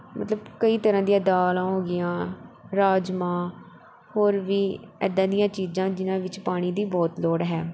ਮਤਲਬ ਕਈ ਤਰ੍ਹਾਂ ਦੀਆਂ ਦਾਲਾਂ ਹੋ ਗਈਆਂ ਰਾਜਮਾਂਹ ਹੋਰ ਵੀ ਐਦਾਂ ਦੀਆਂ ਚੀਜ਼ਾਂ ਜਿਹਨਾਂ ਵਿੱਚ ਪਾਣੀ ਦੀ ਬਹੁਤ ਲੋੜ ਹੈ